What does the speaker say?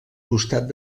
costat